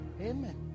amen